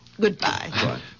Goodbye